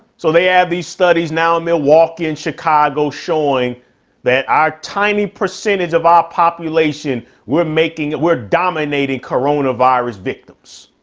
so they add these studies now in milwaukee in chicago showing that our tiny percentage of our population we're making, we're dominating corona virus victims.